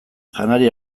janari